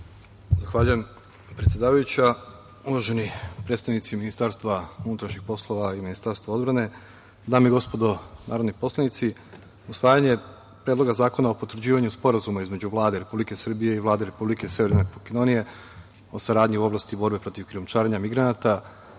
Zahvaljujem, predsedavajuća. Uvaženi predstavnici Ministarstva unutrašnjih poslova i Ministarstva odbrane, dame i gospodo narodni poslanici, usvajanje Predloga zakona o potvrđivanju Sporazuma između Vlade Republike Srbije i Vlade Republike Severne Makedonije o saradnji u oblasti u borbi protiv krijumčarenja migranata,